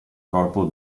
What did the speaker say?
corpo